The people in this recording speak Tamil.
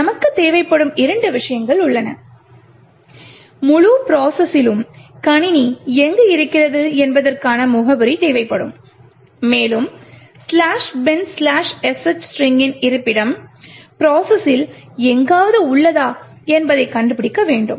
நமக்குத் தேவைப்படும் இரண்டு விஷயங்கள் உள்ளன முழு ப்ரோசஸ்ஸிலும் கணினி எங்கு இருக்கிறது என்பதற்கான முகவரி தேவைப்படும் மேலும் "" bin sh "" ஸ்ட்ரிங்கின் இருப்பிடம் ப்ரோசஸ்ஸில் எங்காவது உள்ளதா என்பதை கண்டுபிடிக்க வேண்டும்